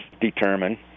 determine